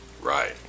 Right